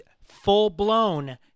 full-blown